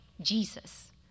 Jesus